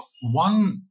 One